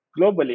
globally